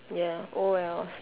ya oh well